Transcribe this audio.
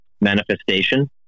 manifestation